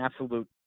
absolute